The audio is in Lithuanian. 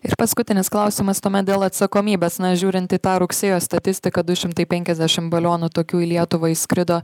ir paskutinis klausimas tuomet dėl atsakomybės na žiūrint į tą rugsėjo statistiką du šimtai penkiasdešim balionų tokių į lietuvą įskrido